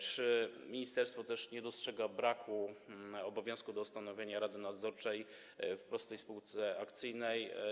Czy ministerstwo nie dostrzega też braku obowiązku ustanowienia rady nadzorczej w prostej spółce akcyjnej?